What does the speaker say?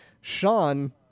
Sean